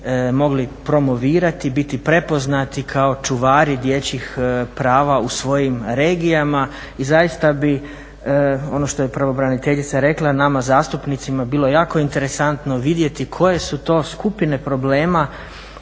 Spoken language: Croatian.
mogli promovirati, biti prepoznati kao čuvari dječjih prava u svojim regijama i zaista bi, ono što je pravobraniteljica rekla nama zastupnicima bilo jako interesantno vidjeti koje su to skupine problema